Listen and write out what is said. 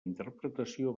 interpretació